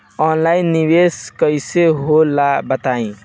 Online निवेस कइसे होला बताईं?